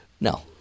no